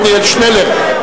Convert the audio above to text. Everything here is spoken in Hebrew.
עתניאל שנלר,